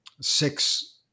six